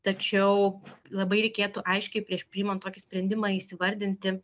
tačiau labai reikėtų aiškiai prieš priimant tokį sprendimą įsivardinti